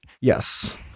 Yes